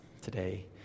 today